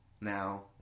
now